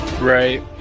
Right